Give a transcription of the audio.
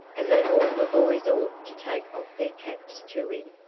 and that all the boys ought to take off their caps to him.